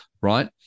right